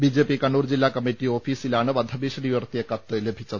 B J P Kannur ജില്ലാ committee ഓഫീസിലാണ് വധഭീഷണി ഉയർത്തിയ കത്ത് ലഭി ച്ചത്